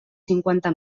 cinquanta